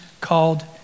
called